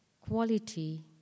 quality